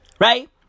Right